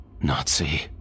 Nazi